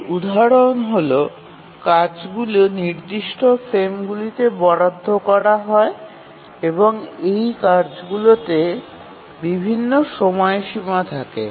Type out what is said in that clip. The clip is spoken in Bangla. এর উদাহরণ হল কাজগুলি নির্দিষ্ট ফ্রেমগুলিতে বরাদ্দ করা হয় এবং এই কার্যগুলিতে বিভিন্ন সময়সীমা থাকে